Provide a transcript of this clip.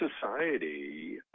society